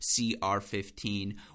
CR15